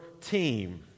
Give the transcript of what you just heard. team